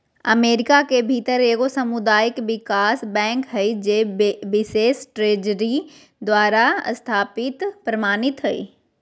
America के भीतर एगो सामुदायिक विकास बैंक हइ जे बिशेष ट्रेजरी समर्थित द्वारा प्रमाणित हइ